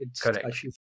Correct